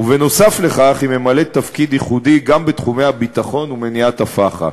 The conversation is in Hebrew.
ונוסף על כך היא ממלאת תפקיד ייחודי בתחומי הביטחון ומניעת הפח"ע.